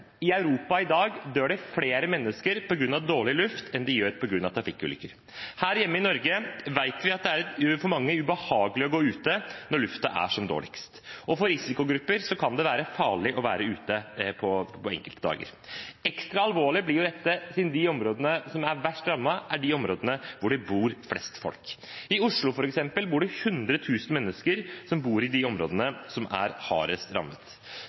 I Europa i dag dør det flere mennesker på grunn av dårlig luft enn det gjør på grunn av trafikkulykker. Her hjemme i Norge vet vi at det for mange er ubehagelig å gå ute når luften er som dårligst, og for risikogrupper kan det være farlig å være ute på enkelte dager. Ekstra alvorlig blir jo dette siden de områdene som er verst rammet, er de områdene hvor det bor flest folk. I Oslo, f.eks., bor det 100 000 mennesker i de områdene som er hardest rammet.